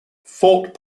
fought